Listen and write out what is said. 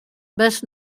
best